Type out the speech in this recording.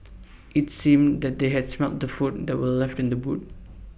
IT seemed that they had smelt the food that were left in the boot